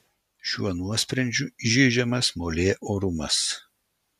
šiuo nuosprendžiu įžeidžiamas molė orumas